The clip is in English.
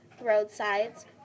roadsides